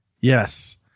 Yes